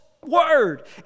word